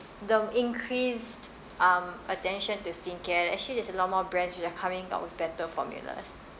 the increased um attention to skincare actually there's a lot more brands which are coming out with better formulas